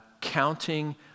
counting